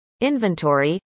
inventory